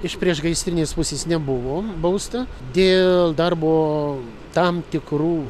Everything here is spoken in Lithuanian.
iš priešgaisrinės pusės nebuvo bausta dėl darbo tam tikrų